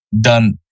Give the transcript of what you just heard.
done